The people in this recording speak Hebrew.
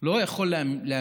לא יכול להימשך,